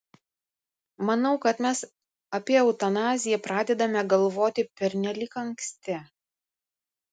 manau kad mes apie eutanaziją pradedame galvoti pernelyg anksti